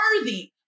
worthy